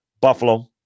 Buffalo